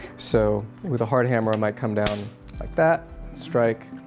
so with a hard hammer, i might come down like that. strike.